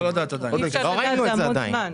לא ראינו את זה עדיין,